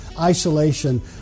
isolation